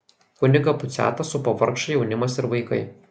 kunigą puciatą supo vargšai jaunimas ir vaikai